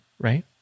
right